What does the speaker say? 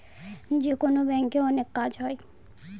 যেকোনো ব্যাঙ্কে অনেক কাজ হয়